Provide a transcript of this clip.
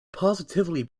positively